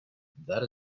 that